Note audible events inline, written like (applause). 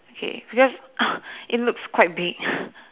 okay because (breath) it looks quite big (breath)